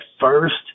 first